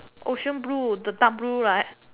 ocean blue the dark blue right